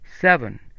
Seven